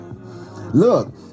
look